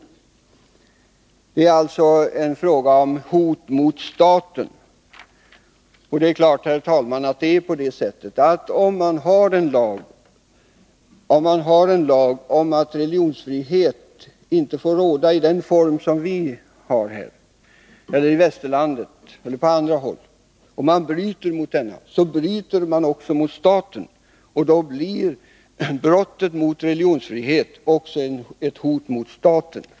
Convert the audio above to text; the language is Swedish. Det är alltså en fråga om hot mot staten. Det är klart, herr talman, att om man har en lag som säger att religionsfrihet inte får råda i den form vi har i västerlandet eller på andra håll och någon bryter mot denna lag, då bryter han också mot staten. Då blir brottet mot religionsfrihetslagen också ett hot mot staten.